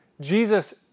Jesus